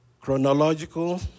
Chronological